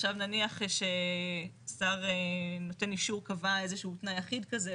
עכשיו נניח שר נותן אישור קבע איזה שהוא תנאי אחיד כזה,